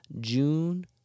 June